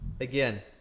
again